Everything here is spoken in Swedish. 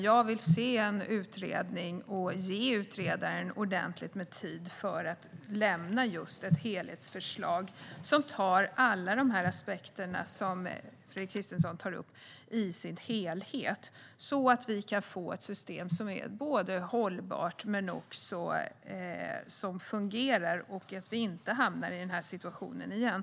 Jag vill se en utredning och ge utredaren ordentligt med tid för att lämna ett helhetsförslag som tar med alla de aspekter som Fredrik Christensson tar upp. Då kan vi få ett system som är hållbart och fungerande så att vi inte hamnar i den här situationen igen.